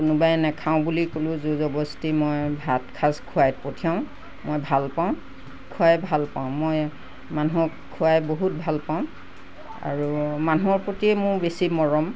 কোনোবাই নেখাওঁ বুলি ক'লেও জোৰ জবৰদস্তি মই ভাত সাজ খুৱাই পঠিয়াওঁ মই ভাল পাওঁ খুৱাই ভাল পাওঁ মই মানুহক খুৱাই বহুত ভাল পাওঁ আৰু মানুহৰ প্ৰতিয়ে মোৰ বেছি মৰম